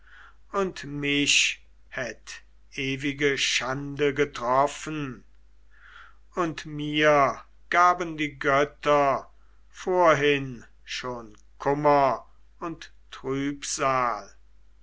und mich hätt ewige schande getroffen und mir gaben die götter vorhin schon kummer und trübsal